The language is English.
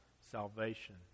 salvation